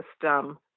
system